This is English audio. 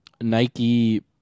Nike